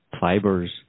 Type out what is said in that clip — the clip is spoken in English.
fibers